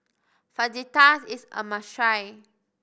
fajitas is a must try